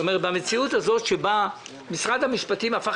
את המציאות הזאת שבה משרד המשפטים הפך